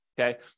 Okay